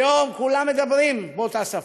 היום כולם מדברים באותה שפה.